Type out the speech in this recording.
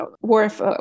worth